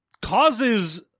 causes